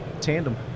tandem